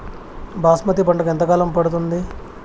బాస్మతి పంటకు ఎంత కాలం పడుతుంది?